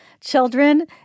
children